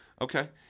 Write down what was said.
Okay